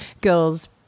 girls